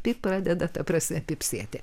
tai pradeda ta prasme pypsėti